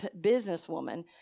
businesswoman